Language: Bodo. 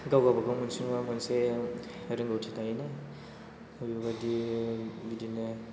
गाव गावबागाव मोनसे नङा मोनसे रोंगौथि थायोना बेबायदि बिदिनो